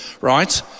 right